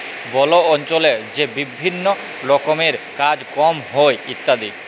বল অল্চলে যে বিভিল্ল্য রকমের কাজ কম হ্যয় ইত্যাদি